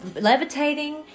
levitating